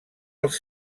els